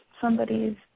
somebody's